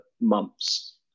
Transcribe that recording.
months